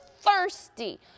thirsty